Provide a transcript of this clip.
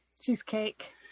Cheesecake